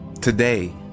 Today